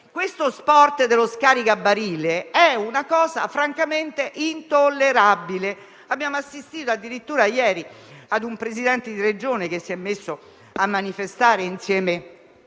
Questo sport dello scaricabarile è francamente intollerabile. Abbiamo assistito addirittura, ieri, ad un Presidente di Regione che si è messo a manifestare insieme